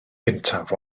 gyntaf